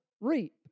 reap